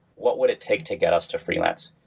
what would it take to get us to freelance?